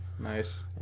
Nice